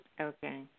Okay